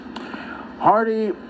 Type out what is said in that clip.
Hardy